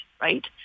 right